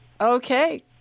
Okay